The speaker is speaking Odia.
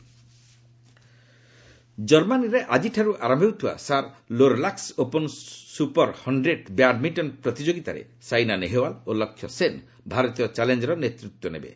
ବ୍ୟାଡ୍ମିଣ୍ଟନ ଜର୍ମାନୀରେ ଆଜିଠାରୁ ଆରମ୍ଭ ହେଉଥିବା Saarlorlux open super tour hundred badminton ପ୍ରତିଯୋଗୀତାରେ ସାଇନା ନେହେଓ୍ବାଲ୍ ଓ ଲକ୍ଷ୍ୟ ସେନ୍ ଭାରତୀୟ ଚ୍ୟାଲେଞ୍ଜର ନେତୃତ୍ୱ ନେବେ